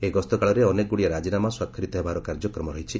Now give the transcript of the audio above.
ଏହି ଗସ୍ତ କାଳରେ ଅନେକଗୁଡ଼ିଏ ରାଜିନାମା ସ୍ପାକ୍ଷରିତ ହେବାର କାର୍ଯ୍ୟକ୍ରମ ରହିଛି